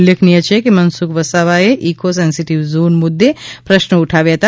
ઉલ્લેખનીય છે કે શ્રી મનસુખ વસાવાએ ઇકો સેન્સીટીવ ઝોન મુદ્દે પ્રશ્નો ઉઠાવ્યા હતા